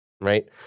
right